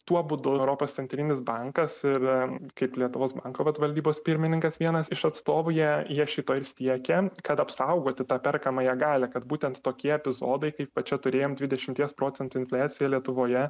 tuo būdu europos centrinis bankas ir a kaip lietuvos banko valdybos pirmininkas vienas iš atstovų jie jie šito ir siekia kad apsaugoti tą perkamąją galią kad būtent tokie epizodai kaip va čia turėjom dvidešimties procentų infliaciją lietuvoje